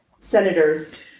senators